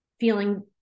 feeling